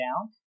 down